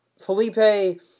Felipe